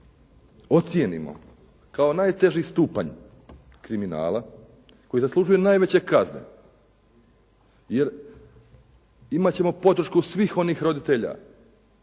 ocijenimo kao najteži stupanj kriminala koji zaslužuje najveće kazne jer imati ćemo podršku svih onih roditelja,